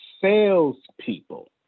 salespeople